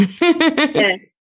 Yes